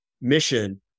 mission